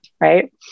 right